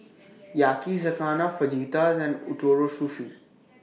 Yakizakana Fajitas and Ootoro Sushi